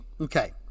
Okay